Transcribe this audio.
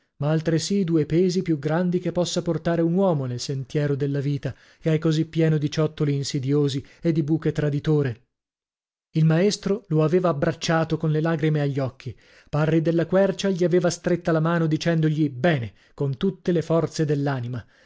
ma altresì i due pesi più grandi che possa portare un uomo nel sentiero della vita che è così pieno di ciottoli insidiosi e di buche traditore il maestro lo aveva abbracciato con le lagrime agli occhi parri della quercia gli aveva stretta la mano dicendogli bene con tutte le forze dell'anima